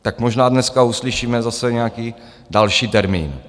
Tak možná dneska uslyšíme zase nějaký další termín.